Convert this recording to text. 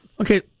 Okay